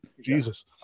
Jesus